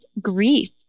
grief